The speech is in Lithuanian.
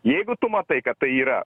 jeigu tu matai kad tai yra